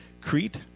Crete